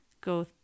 go